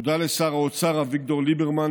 תודה לשר האוצר אביגדור ליברמן,